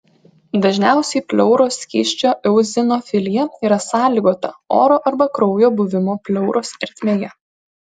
dažniausiai pleuros skysčio eozinofilija yra sąlygota oro arba kraujo buvimo pleuros ertmėje